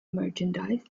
merchandise